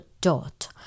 dot